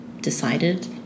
decided